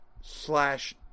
slash